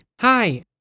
Hi